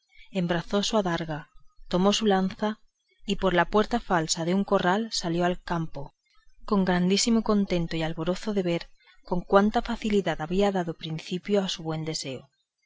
celada embrazó su adarga tomó su lanza y por la puerta falsa de un corral salió al campo con grandísimo contento y alborozo de ver con cuánta facilidad había dado principio a su buen deseo